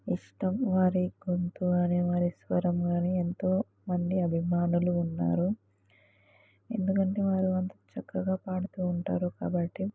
ఇష్టం వారి గొంతు కానీ వారి స్వరం కానీ ఎంతో మంది అభిమానులు ఉన్నారు ఎందుకంటే వారు అంత చక్కగా పాడుతూ ఉంటారు కాబట్టి